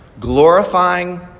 glorifying